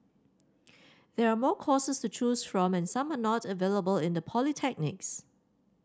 there are more courses to choose from and some are not available in the polytechnics